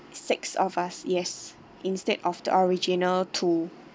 six of us yes instead of the original two